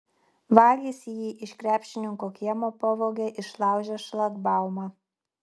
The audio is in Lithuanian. vagys jį iš krepšininko kiemo pavogė išlaužę šlagbaumą